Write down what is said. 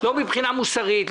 לא מבחינה מוסרית,